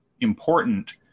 important